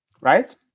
right